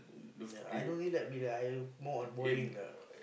ya I don't really like billiard I more on bowling lah